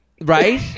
Right